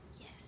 Yes